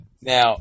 Now